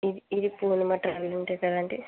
ఇది ఇది Purnima travel agent కదండి